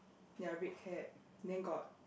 ya red cap then got